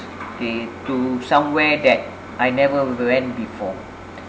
okay to somewhere that I never went before